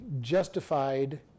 justified